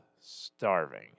starving